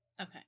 Okay